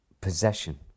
possession